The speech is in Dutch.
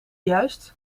juist